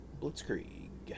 Blitzkrieg